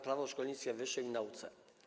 Prawo o szkolnictwie wyższym i nauce.